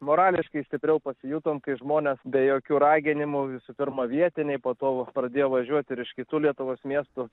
morališkai stipriau pasijutom kai žmonės be jokių raginimų visų pirma vietiniai po to pradėjo važiuot ir iš kitų lietuvos miestų